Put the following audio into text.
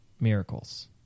miracles